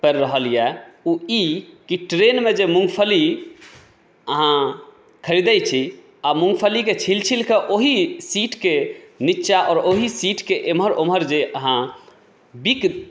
पड़ि रहल यऽ ओ ई कि ट्रेनमे जे मूँगफली अहाँ खरीदै छी आ मुँगफलीकेँ छील छीलकेँ ओहि सीटकेँ नीचाँ आ ओहि सीटकेँ इम्हर उम्हर जे अहाँ बिग